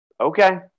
Okay